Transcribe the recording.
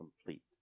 complete